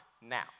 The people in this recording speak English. now